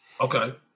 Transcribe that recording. Okay